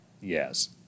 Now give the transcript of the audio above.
Yes